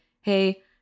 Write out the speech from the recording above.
hey